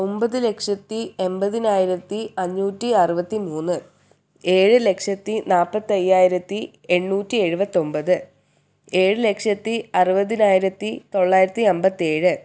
ഒൻപത് ലക്ഷത്തി എൺപതിനായിരത്തി അഞ്ഞൂറ്റി അറുപത്തി മൂന്ന് ഏഴ് ലക്ഷത്തി നാൽപ്പത്തയ്യായിരത്തി എണ്ണൂറ്റി എഴുപത്തൊൻപത് ഏഴ് ലക്ഷത്തി അറുപതിനായിരത്തി തൊള്ളായിരത്തി അൻപത്തേഴ്